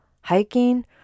hiking